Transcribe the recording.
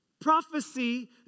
Prophecy